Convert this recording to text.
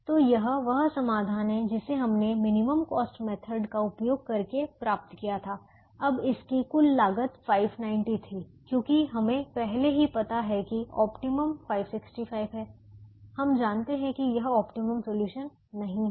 तो यह वह समाधान है जिसे हमने मिनिमम कॉस्ट मेथड का उपयोग करके प्राप्त किया था अब इसकी कुल लागत 590 थी क्योंकि हमें पहले ही पता है कि ऑप्टिमम 565 है हम जानते हैं कि यह ऑप्टिमम सॉल्यूशन नहीं है